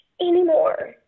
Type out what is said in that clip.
anymore